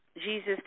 Jesus